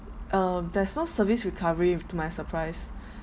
uh there's no service recovery to my surprise